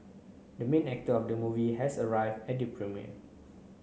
the main actor of the movie has arrive at the premiere